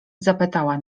zapytała